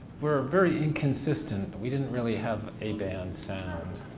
were very inconsistent. we didn't really have a band sound.